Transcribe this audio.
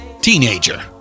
Teenager